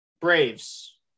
Braves